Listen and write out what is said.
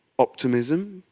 optimism,